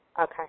Okay